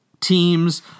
teams